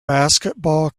basketball